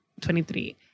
23